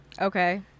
Okay